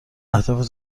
اهداف